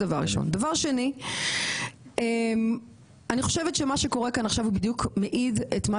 אני חושבת שמה שקורה כאן עכשיו בדיוק מעיד את מה